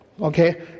okay